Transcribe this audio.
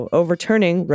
overturning